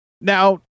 Now